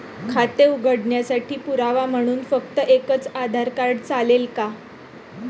खाते उघडण्यासाठी पुरावा म्हणून फक्त एकच आधार कार्ड चालेल का?